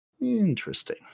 interesting